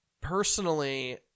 Personally